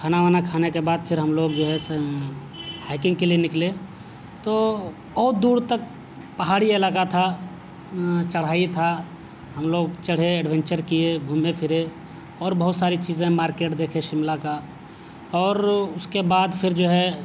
کھانا وانا کھانے بعد پھر ہم لوگ جو ہے ہیکنگ کے لیے نکلے تو بہت دور تک پہاڑی علاقہ تھا چڑھائی تھا ہم لوگ چڑھے ایڈونٹچر کیے گھومے پھرے اور بہت ساری چیزیں مارکیٹ دیکھے شملا کا اور اس کے بعد پھر جو ہے